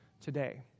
today